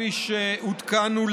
כפי שעודכנו,